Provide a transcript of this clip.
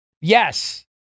Yes